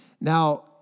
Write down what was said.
Now